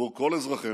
עבור כל אזרחינו.